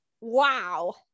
Wow